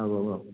औ औ औ